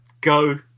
go